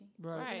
right